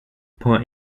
per